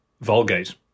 Vulgate